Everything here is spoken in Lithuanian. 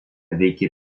veikė